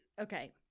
okay